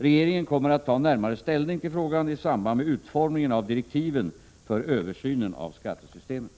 Regeringen kommer att ta närmare ställning till frågan i samband med utformningen av direktiven för översynen av skattesystemet.